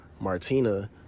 Martina